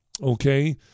okay